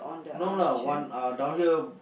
no lah one ah down here